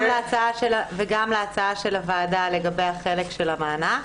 -- וגם להצעה של הוועדה לגבי החלק של המענק,